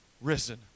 risen